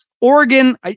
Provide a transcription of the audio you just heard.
Oregon